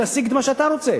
להשיג את מה שאתה רוצה.